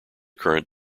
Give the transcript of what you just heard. current